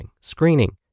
screening